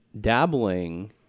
dabbling